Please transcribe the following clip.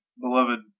beloved